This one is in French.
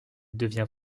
devient